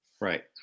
Right